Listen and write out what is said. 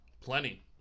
Plenty